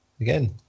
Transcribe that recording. Again